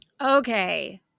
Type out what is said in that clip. Okay